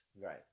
Right